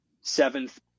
seventh